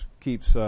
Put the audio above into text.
keeps